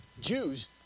Jews